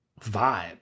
vibe